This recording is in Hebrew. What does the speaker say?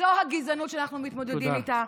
זו הגזענות שאנחנו מתמודדים איתה.